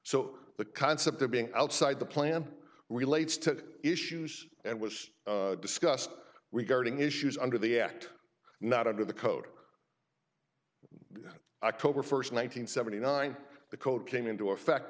so the concept of being outside the plan relates to issues and was discussed regarding issues under the act not under the code a cobra first nine hundred seventy nine the code came into effect